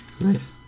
Nice